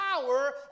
power